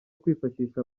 kwifashisha